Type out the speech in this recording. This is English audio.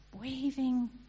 waving